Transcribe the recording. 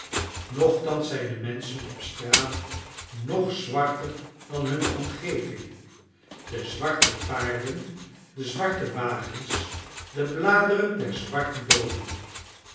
nochtans zijn de menschen op straat nog zwarter dan hunne omgeving de zwarte paarden de zwarte wagens de bladeren der zwarte boomen